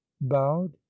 bowed